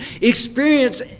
experience